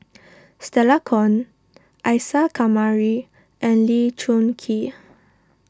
Stella Kon Isa Kamari and Lee Choon Kee